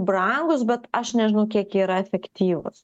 brangūs bet aš nežinau kiek jie yra efektyvūs